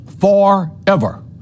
forever